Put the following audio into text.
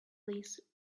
these